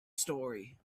story